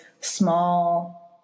small